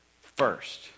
first